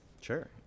Sure